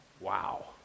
Wow